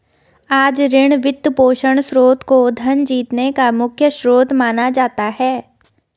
आज ऋण, वित्तपोषण स्रोत को धन जीतने का मुख्य स्रोत माना जाता है